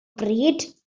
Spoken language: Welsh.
bryd